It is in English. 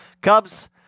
Cubs